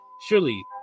Surely